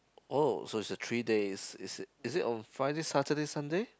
oh so is a three days is it is it on Friday Saturday Sunday